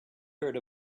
heard